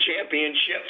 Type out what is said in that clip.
championships